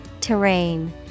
Terrain